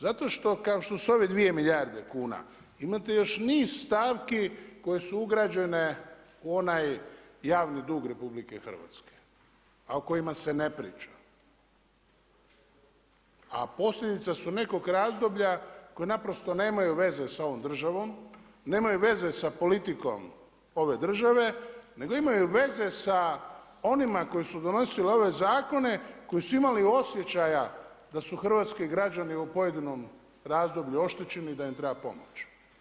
Zato što kao što su ove 2 milijarde kuna, imate još niz stavki koje su ugrađene u onaj javni dug Republike Hrvatske a o kojima se ne priča, a posljedica su nekog razdoblja koji naprosto nemaju veze sa ovom državom, nemaju veze sa politikom ove države, nego imaju veze sa onima koji su donosili ove zakone koji su imali osjećaja da su hrvatski građani u pojedinom razdoblju oštećeni i da im treba pomoć.